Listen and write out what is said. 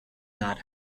not